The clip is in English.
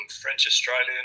French-Australian